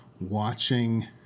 watching